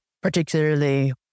particularly